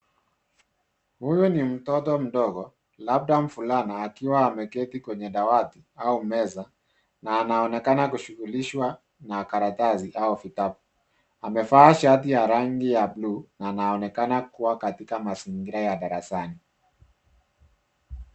Huyu ni mtoto mdogo, labda mfulana akiwa ameketi kwenye dawati au meza na anaonekana kushughulishwa na karatasi au vitabu. Amevaa shati ya rangi ya blue na anaonekana kuwa katika mazingira ya darasani.